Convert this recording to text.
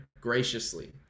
graciously